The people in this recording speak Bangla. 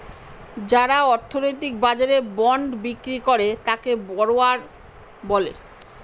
যারা অর্থনৈতিক বাজারে বন্ড বিক্রি করে তাকে বড়োয়ার বলে